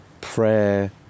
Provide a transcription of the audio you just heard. prayer